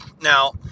Now